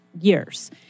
years